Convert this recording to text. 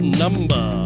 number